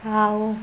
ଆଉ